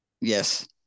Yes